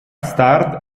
start